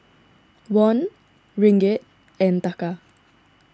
Won Ringgit and Taka